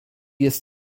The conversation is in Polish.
jest